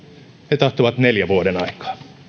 he tahtovat neljä vuodenaikaa